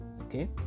okay